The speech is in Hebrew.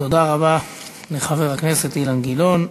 תודה רבה לחבר הכנסת אילן גילאון.